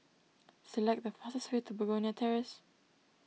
select the fastest way to Begonia Terrace